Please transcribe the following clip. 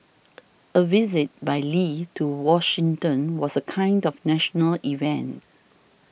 a visit by Lee to Washington was a kind of national event